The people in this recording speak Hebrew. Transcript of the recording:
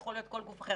יכול להיות כל גוף אחר,